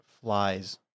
Flies